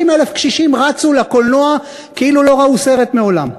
30,000 קשישים רצו לקולנוע כאילו לא ראו סרט מעולם.